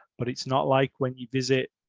but it's not like when you visit